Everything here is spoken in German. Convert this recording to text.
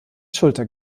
schulter